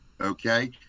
Okay